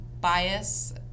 bias